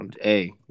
Hey